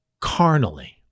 carnally